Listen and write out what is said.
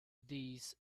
these